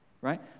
right